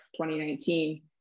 2019